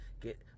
get